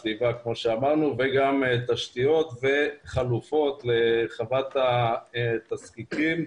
סביבה וגם תשתיות וחלופות לחוות התזקיקים.